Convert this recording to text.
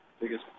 biggest